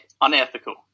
unethical